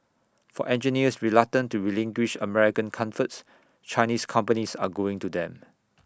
for engineers reluctant to relinquish American comforts Chinese companies are going to them